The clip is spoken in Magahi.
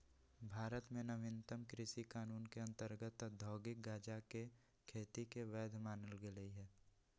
भारत में नवीनतम कृषि कानून के अंतर्गत औद्योगिक गजाके खेती के वैध मानल गेलइ ह